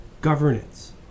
governance